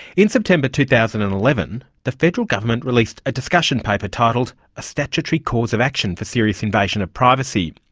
in september two thousand and eleven, the federal government released a discussion paper titled a statutory cause of action for serious invasion of privacy.